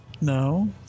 No